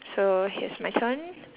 so here's my turn